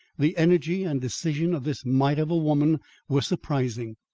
the energy and decision of this mite of a woman were surprising.